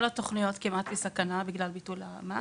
כל התוכניות כמעט בסכנה בגלל ביטול המס.